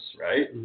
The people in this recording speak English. right